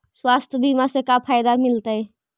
स्वास्थ्य बीमा से का फायदा मिलतै?